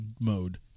mode